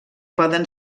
poden